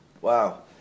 wow